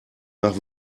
nach